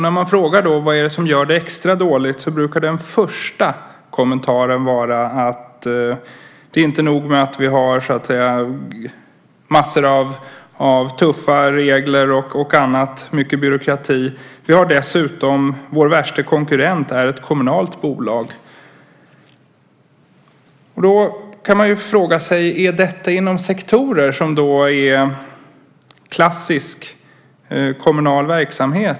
När man frågar vad detta beror på brukar den första kommentaren vara: Inte nog med att det är tuffa regler och mycket byråkrati, vår värsta konkurrent är dessutom ett kommunalt bolag. Då frågar man sig om detta är inom sektorer som är klassisk kommunal verksamhet.